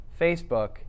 Facebook